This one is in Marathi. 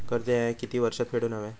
कर्ज ह्या किती वर्षात फेडून हव्या?